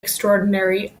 extraordinary